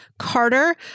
Carter